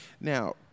Now